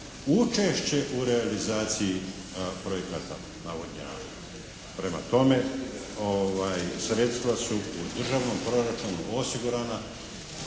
učešće u realizaciji projekata navodnjavanja. Prema tome, sredstva su u državnom proračunu osigurana